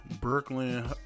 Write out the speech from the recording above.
Brooklyn